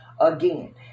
again